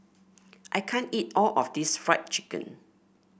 I can't eat all of this Fried Chicken